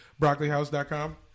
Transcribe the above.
Broccolihouse.com